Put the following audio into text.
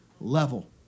level